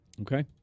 Okay